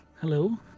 Hello